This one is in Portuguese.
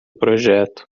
projeto